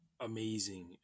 amazing